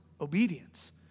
obedience